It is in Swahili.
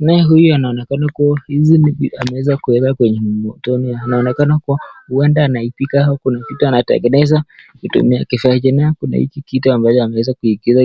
Naye huyu anaonekana kuwa hizi ni vitu aliweza kuweka kwenye motoni, anaonekana kuwa huenda anaipika au kuna kitu anatengeneza kutumia kifaa hiki, na kuna hiki kitu ambacho ameweza kuingiza